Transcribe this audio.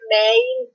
main